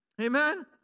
Amen